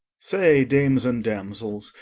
say, dames and damsels,